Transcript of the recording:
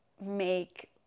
make